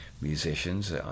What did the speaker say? musicians